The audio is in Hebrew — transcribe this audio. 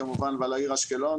כמובן ועל העיר אשקלון,